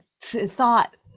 thought